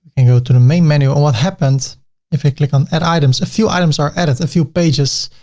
and go to the main menu, and what happens if i click on add items. a few items are added, a few pages,